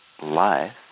life